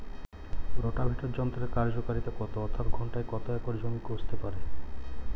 Rotavator যন্ত্রের কার্যকারিতা কত অর্থাৎ ঘণ্টায় কত একর জমি কষতে পারে?